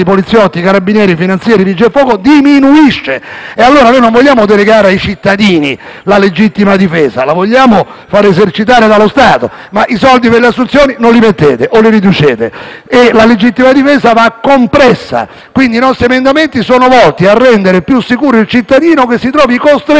poliziotti, carabinieri, finanzieri, vigili del fuoco diminuisce. Noi non vogliamo delegare ai cittadini la legittima difesa, che vogliamo far esercitare dallo Stato, ma i soldi delle assunzioni non li mettete o li riducete e la legittima difesa va compressa. Quindi, i nostri emendamenti sono volti a rendere più sicuro il cittadino che si trovi costretto